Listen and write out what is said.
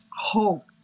hope